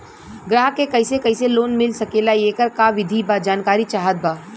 ग्राहक के कैसे कैसे लोन मिल सकेला येकर का विधि बा जानकारी चाहत बा?